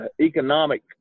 economic